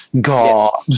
God